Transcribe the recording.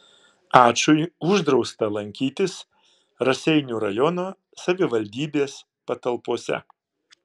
ačui uždrausta lankytis raseinių rajono savivaldybės patalpose